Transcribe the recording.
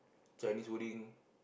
Chinese wording